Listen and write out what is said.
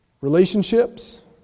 relationships